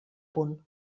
punt